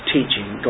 teaching